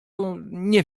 nie